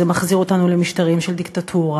זה מחזיר אותנו למשטרים של דיקטטורה,